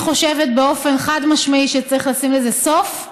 אני חושבת באופן חד-משמעי שצריך לשים לזה סוף,